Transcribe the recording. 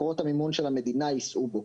מקורות המימון של המדינה יישאו בו.